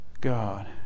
God